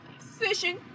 Fishing